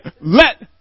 let